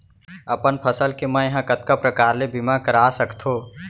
अपन फसल के मै ह कतका प्रकार ले बीमा करा सकथो?